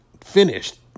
finished